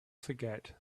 forget